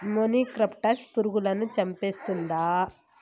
మొనిక్రప్టస్ పురుగులను చంపేస్తుందా?